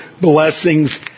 blessings